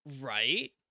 Right